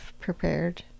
prepared